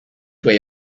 way